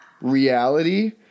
reality